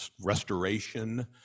restoration